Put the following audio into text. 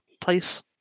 place